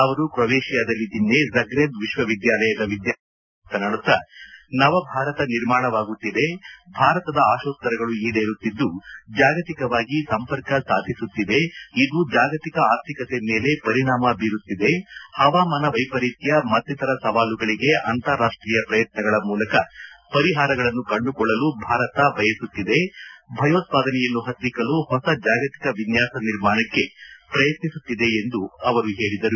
ಅವರು ಕ್ರೊಯೇಶಿಯಾದಲ್ಲಿ ನಿನ್ನೆ ಜಗ್ರೇಬ್ ವಿಶ್ವವಿದ್ಯಾಲಯದ ವಿದ್ಯಾರ್ಥಿಗಳನ್ನು ಉದ್ದೇಶಿಸಿ ಮಾತನಾಡುತ್ತಾ ನವಭಾರತ ನಿರ್ಮಾಣವಾಗುತ್ತಿದೆ ಭಾರತದ ಆಶೋತ್ತರಗಳು ಈಡೇರುತ್ತಿದ್ದು ಜಾಗತಿಕವಾಗಿ ಸಂಪರ್ಕ ಸಾಧಿಸುತ್ತಿವೆ ಇದು ಜಾಗತಿಕ ಆರ್ಥಿಕತೆ ಮೇಲೆ ಪರಿಣಾಮ ಬೀರುತ್ತಿದೆ ಹವಾಮಾನ ವ್ಯೆಪರೀತ್ನ ಮತ್ತಿತರ ಸವಾಲುಗಳಿಗೆ ಅಂತಾರಾಷ್ಟೀಯ ಪ್ರಯತ್ನಗಳ ಮೂಲಕ ಪರಿಹಾರಗಳನ್ನು ಕಂಡುಕೊಳ್ಳಲು ಭಾರತ ಬಯಸುತ್ತಿದೆ ಭಯೋತ್ವಾದನೆಯನ್ನು ಹತ್ತಿಕ್ಕಲು ಹೊಸ ಜಾಗತಿಕ ವಿನ್ಯಾಸ ನಿರ್ಮಾಣಕ್ಕೆ ಪ್ರಯತ್ನಿಸುತ್ತಿದೆ ಎಂದು ಹೇಳಿದರು